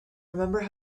remember